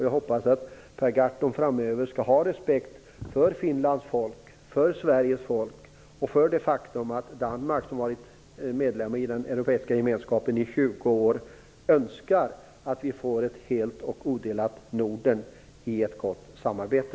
Jag hoppas att Per Gahrton framöver skall ha respekt för Finlands folk, för Sveriges folk och för det faktum att Danmark som har varit medlem i den europeiska gemenskapen i 20 år önskar att vi får ett helt och odelat Norden i ett samarbete.